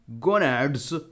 gonads